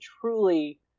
truly